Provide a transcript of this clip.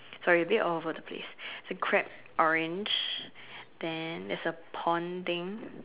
sorry a bit all over the place the crab orange then there's a pond thing